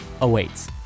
awaits